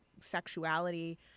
sexuality